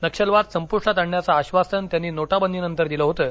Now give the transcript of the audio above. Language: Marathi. नक्षलवाद संप्टात आणण्याचं आश्वासन त्यांनी नोटाबंदीनंतर दिलं होतं